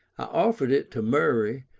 i offered it to murray,